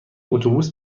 اتوبوس